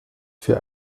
für